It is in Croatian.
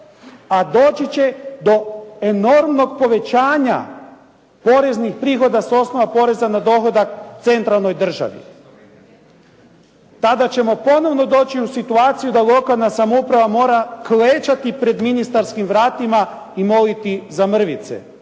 a doći će do enormnog povećanja poreznih prihoda s osnova poreza na dohodak centralnoj državi. Tada ćemo ponovno doći u situaciju da lokalna samouprava mora klečati pred ministarskim vratima i moliti za mrvice,